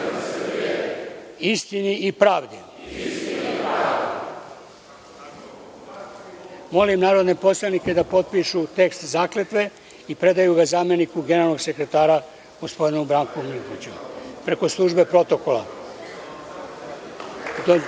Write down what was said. ISTINI I PRAVDI."Molim narodne poslanike da potpišu tekst zakletve i predaju ga zameniku generalnog sekretara gospodinu Branku Marinkoviću preko službe Protokola. Dozvolite